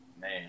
man